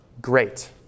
great